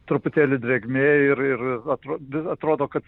truputėlį drėgmė ir atrodo atrodo kad